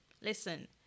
Listen